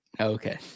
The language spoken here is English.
okay